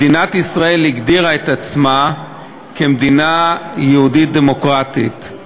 מדינת ישראל הגדירה את עצמה כמדינה יהודית דמוקרטית.